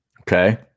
Okay